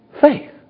faith